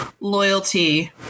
loyalty